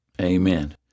amen